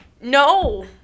no